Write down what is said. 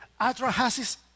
Atrahasis